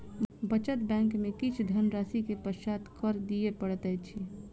बचत बैंक में किछ धनराशि के पश्चात कर दिअ पड़ैत अछि